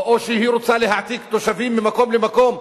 או שהיא רוצה להעתיק תושבים ממקום למקום.